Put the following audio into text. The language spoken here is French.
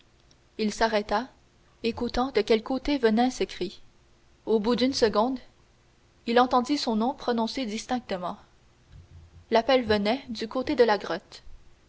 il s'arrêta écoutant de quel côté venait ce cri au bout d'une seconde il entendit son nom prononcé distinctement l'appel venait du côté de la grotte